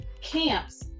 camps